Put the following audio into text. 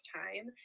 time